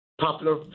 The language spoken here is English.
popular